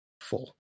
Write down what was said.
full